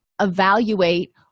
evaluate